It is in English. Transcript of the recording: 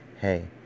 Hey